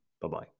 Bye-bye